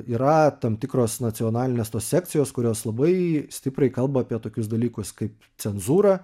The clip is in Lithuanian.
yra tam tikros nacionalinės tos sekcijos kurios labai stipriai kalba apie tokius dalykus kaip cenzūra